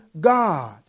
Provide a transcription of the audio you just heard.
God